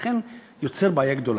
ולכן נוצרת בעיה גדולה.